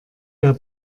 der